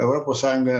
europos sąjunga